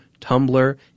Tumblr